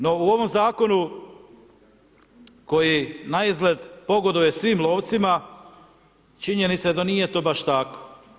No u ovom zakonu koji naizgled pogoduje svim lovcima, činjenica je da nije to baš tako.